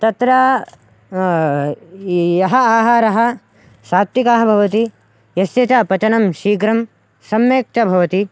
तत्र यः आहारः सात्विकः भवति यस्य च पचनं शीघ्रं सम्यक् च भवति